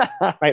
right